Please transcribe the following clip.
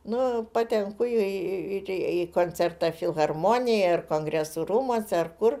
nu patenku į koncertą filharmonijoje ar kongresų rūmuose ar kur